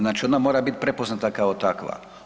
Znači ona mora biti prepoznata kao takva.